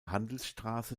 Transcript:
handelsstraße